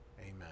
Amen